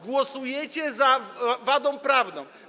Głosujecie za wadą prawną.